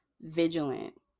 vigilant